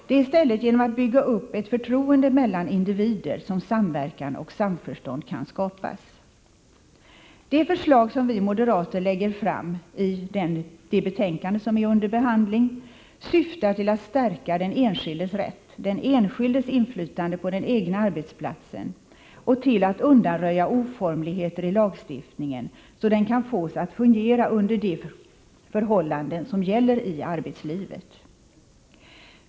Det är enbart genom att bygga upp ett förtroende mellan individer som man kan skapa samverkan och samförstånd. De förslag som vi moderater lägger fram i det betänkande som är under behandling syftar till att stärka den enskildes rätt och den enskildes inflytande på den egna arbetsplatsen och till att undanröja oformligheter i lagstiftingen så den kan fås att fungera under de förhållanden som gäller i arbetslivet.